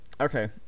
okay